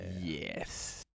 Yes